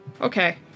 okay